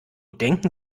denken